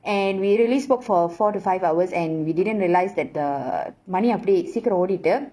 and we really spoke for four to five hours and we didn't realise that the மணி அப்டி சீக்கிரம் ஓடிட்டு:mani apdi seekkiram odittu